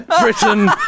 Britain